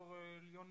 דוקטור ליאון